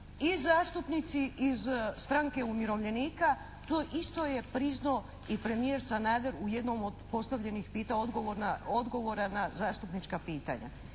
i zastupnici iz Stranke umirovljenika. To isto je priznao i premijer Sanader u jednom od postavljenih, odgovora na zastupnička pitanja.